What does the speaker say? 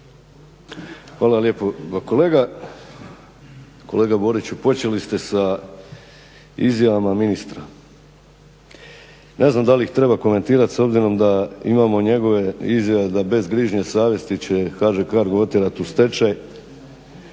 Hvala lijepo. Pa kolega Boriću, počeli ste sa izjavama ministra. Ne znam da li ih treba komentirati s obzirom da imamo njegove izjave da bez grižnje će HŽ CARGO otjerati u stečaj